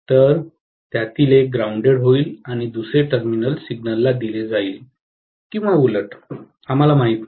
तर त्यातील एक ग्राऊंडेड होईल आणि दुसरे टर्मिनल सिग्नलला दिले जाईल किंवा उलट आम्हाला माहित नाही